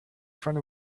front